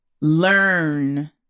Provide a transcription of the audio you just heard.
learn